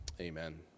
Amen